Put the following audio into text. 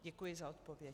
Děkuji za odpověď.